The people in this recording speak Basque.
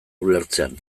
ulertzean